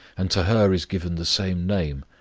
and to her is given the same name,